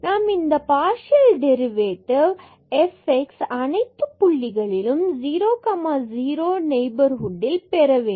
நாம் இந்த partial derivative fx அனைத்துப்புள்ளிகளிலும் 00 நெய்பர்ஹுட்டில் பெற வேண்டும்